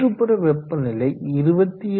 சுற்றுப்புற வெப்பநிலை 27